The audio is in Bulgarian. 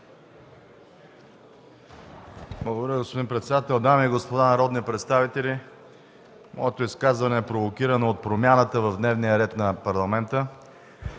Благодаря Ви, господин председател. Дами и господа народни представители, Моето изказване е провокирано от промяната в дневния ред на Парламента.